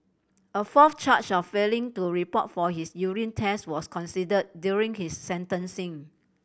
a fourth charge of failing to report for his urine test was considered during his sentencing